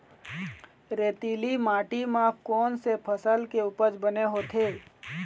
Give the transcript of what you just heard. रेतीली माटी म कोन से फसल के उपज बने होथे?